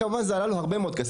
כמובן שזה עלה לו הרבה מאוד כסף.